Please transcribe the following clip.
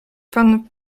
pan